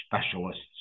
specialists